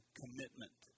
commitment